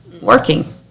working